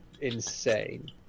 insane